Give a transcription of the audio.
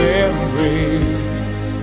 embrace